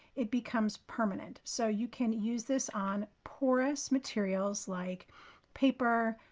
it becomes permanent. so you can use this on porous materials like paper,